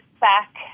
back